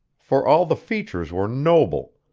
for all the features were noble,